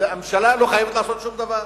הממשלה לא חייבת לעשות שום דבר.